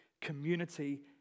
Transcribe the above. community